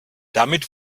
damit